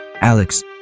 Alex